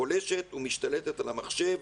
פולשת ומשתלטת על המחשב,